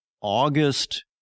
August